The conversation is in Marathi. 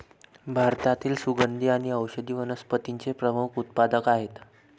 भारतातील सुगंधी आणि औषधी वनस्पतींचे प्रमुख उत्पादक आहेत